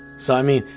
so i mean,